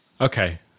Okay